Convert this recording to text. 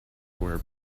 where